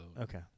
Okay